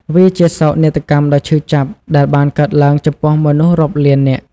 វាជាសោកនាដកម្មដ៏ឈឺចាប់ដែលបានកើតឡើងចំពោះមនុស្សរាប់លាននាក់។